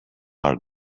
are